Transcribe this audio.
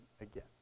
again